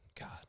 god